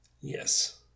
Yes